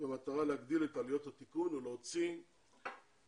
במטרה להגדיל את עלויות התיקון ולהוציא מאנשים